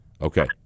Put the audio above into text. Okay